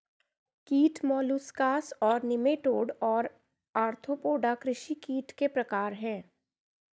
कीट molluscs nematode और arthropoda कृषि कीट के प्रकार हैं